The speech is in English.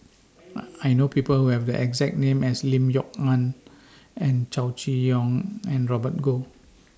I know People Who Have The exact name as Lim Kok Ann and Chow Chee Yong and Robert Goh